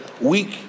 weak